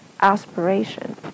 aspiration